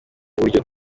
buryo